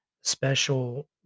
special